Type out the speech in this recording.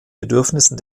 bedürfnissen